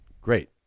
Great